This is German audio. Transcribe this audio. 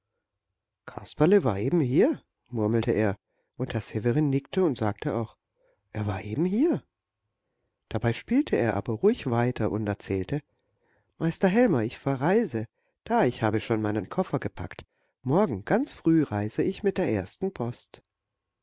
kasperle war eben hier murmelte er und herr severin nickte und sagte auch er war eben hier dabei spielte er aber ruhig weiter und erzählte meister helmer ich verreise da ich habe schon meinen koffer gepackt morgen ganz früh reise ich mit der ersten post